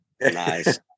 Nice